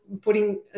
putting